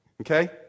okay